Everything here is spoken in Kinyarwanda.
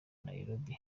nairobi